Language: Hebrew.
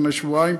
לפני שבועיים,